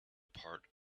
part